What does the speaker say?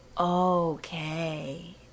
okay